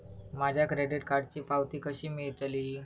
माझ्या क्रेडीट कार्डची पावती कशी मिळतली?